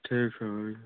ठीक है हो जाए